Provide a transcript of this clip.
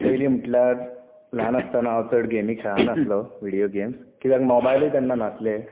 पयलीं म्हटल्यार ल्हान आसतना हांव चड गेमी खेळनासलो व्हिडीयो गेम्स कित्याक मोबायलूय तेन्ना नासले